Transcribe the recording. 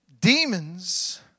Demons